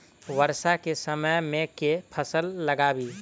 वर्षा केँ समय मे केँ फसल लगाबी?